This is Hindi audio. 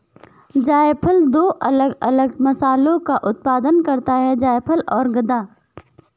जायफल दो अलग अलग मसालों का उत्पादन करता है जायफल और गदा